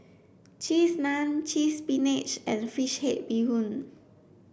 cheese naan cheese spinach and fish head bee hoon